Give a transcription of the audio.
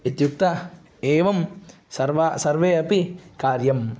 इत्युक्त्वा एवं सर्वे सर्वे अपि कार्यम्